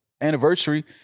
Anniversary